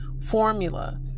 formula